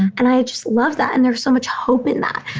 and i just love that. and there's so much hope in that.